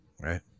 right